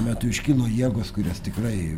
metu iškilo jėgos kurios tikrai